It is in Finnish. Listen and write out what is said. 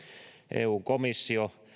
eu komissio